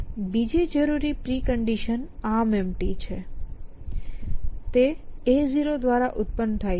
બીજી જરૂરી precondition ArmEmpty છે તે પણ A0 દ્વારા ઉત્પન્ન થાય છે